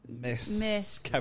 Miss